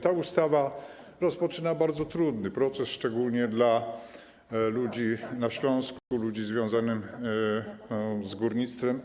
Ta ustawa rozpoczyna bardzo trudny proces, szczególnie dla ludzi na Śląsku, ludzi związanym z górnictwem.